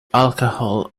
alcohol